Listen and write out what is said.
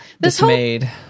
dismayed